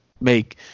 make